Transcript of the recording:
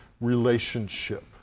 relationship